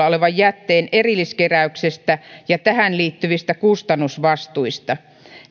olevan jätteen erilliskeräyksestä ja tähän liittyvistä kustannusvastuista